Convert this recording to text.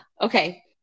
okay